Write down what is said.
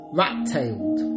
rat-tailed